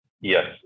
Yes